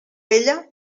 vella